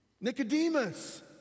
Nicodemus